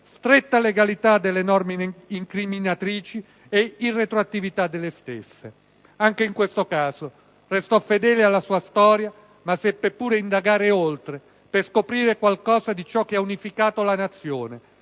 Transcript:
stretta legalità delle norme incriminatrici e irretroattività delle stesse. Anche in questo caso restò fedele alla sua storia ma seppe pure indagare oltre, per scoprire qualcosa di ciò che ha unificato la Nazione